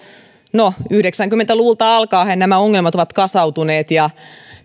no yhdeksänkymmentä luvulta alkaenhan nämä ongelmat ovat kasautuneet ja